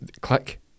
click